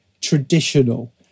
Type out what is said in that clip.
traditional